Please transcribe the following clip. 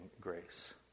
grace